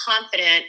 confident